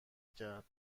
کرد